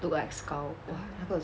look like skull !wah! 那个